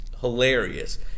hilarious